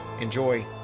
Enjoy